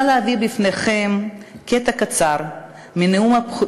שיא, שבה עלו לכאן כמעט 30,000 עולים.